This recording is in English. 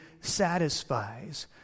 satisfies